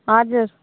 हजुर